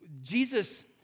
Jesus